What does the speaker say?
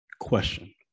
question